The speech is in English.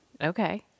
Okay